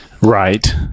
Right